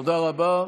תודה רבה.